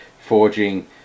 forging